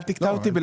אל תקטע אותי.